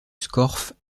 scorff